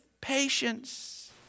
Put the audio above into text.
patience